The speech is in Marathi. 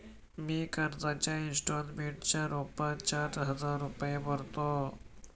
मी कर्जाच्या इंस्टॉलमेंटच्या रूपात चार हजार रुपये भरतो